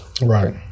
right